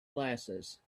glasses